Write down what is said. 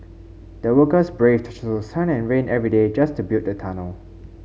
the workers braved through sun and rain every day just to build the tunnel